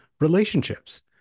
relationships